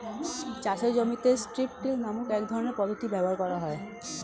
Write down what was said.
চাষের জমিতে strip till নামক এক রকমের পদ্ধতি ব্যবহার করা হয়